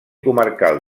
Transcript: comarcal